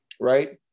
right